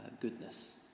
goodness